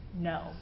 no